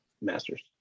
masters